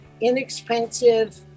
inexpensive